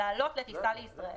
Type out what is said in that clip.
לעלות לטיסה לישראל,